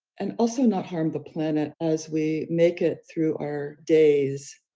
and also not harm the planet as we make it through our days.